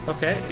Okay